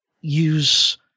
use